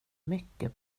mycket